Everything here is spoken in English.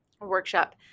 workshop